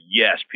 yes